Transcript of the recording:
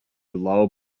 low